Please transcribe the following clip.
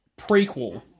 prequel